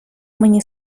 мені